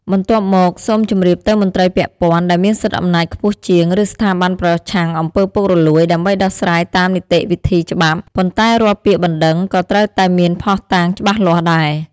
បន្ទាប់មក សូមជម្រាបទៅមន្រ្តីពាក់ព័ន្ធ ដែលមានសិទ្ធិអំណាចខ្ពស់ជាង ឬស្ថាប័នប្រឆាំងអំពើពុករលួយ ដើម្បីដោះស្រាយតាមនីតិវិធីច្បាប់ ប៉ុន្តែរាល់ពាក្យបណ្ដឹងក៏ត្រូវតែមានភស្តុតាងច្បាស់លាស់ដែរ។